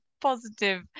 positive